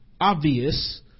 obvious